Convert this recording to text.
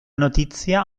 notizia